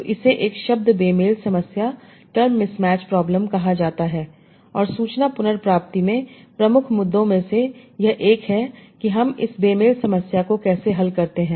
तो इसे एक शब्द बे मेल समस्या कहा जाता है और सूचना पुनर्प्राप्ति में प्रमुख मुद्दों में से एक यह है कि हम इस बे मेल समस्या को कैसे हल करते हैं